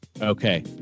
Okay